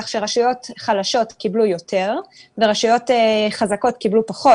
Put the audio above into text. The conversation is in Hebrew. כך שרשויות חלשות קיבלו יותר ורשויות חזקות קיבלו פחות